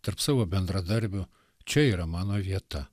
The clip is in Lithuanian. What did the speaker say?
tarp savo bendradarbių čia yra mano vieta